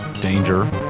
danger